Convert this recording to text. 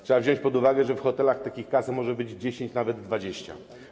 Trzeba wziąć pod uwagę, że w hotelach takich kas może być 10, a w dużych nawet 20.